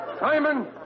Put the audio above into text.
Simon